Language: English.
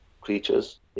creatures